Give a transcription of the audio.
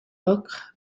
ocre